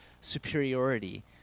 Superiority